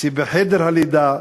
שבחדר הלידה,